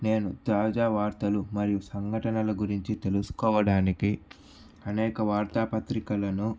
నేను తాజా వార్తలు మరియు సంఘటనల గురించి తెలుసుకోవడానికి అనేక వార్తా పత్రికలను